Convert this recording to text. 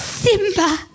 Simba